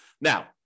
Now